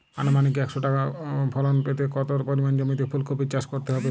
আনুমানিক একশো টন ফলন পেতে কত পরিমাণ জমিতে ফুলকপির চাষ করতে হবে?